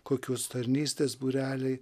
kokios tarnystės būreliai